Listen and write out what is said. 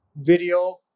video